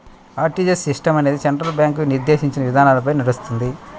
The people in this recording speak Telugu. ఆర్టీజీయస్ సిస్టం అనేది సెంట్రల్ బ్యాంకు నిర్దేశించిన విధానాలపై నడుస్తుంది